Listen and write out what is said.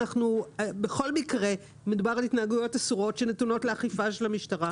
בכל מקרה מדובר על התנהגויות אסורות שנתונות לאכיפה של המשטרה.